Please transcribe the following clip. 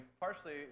partially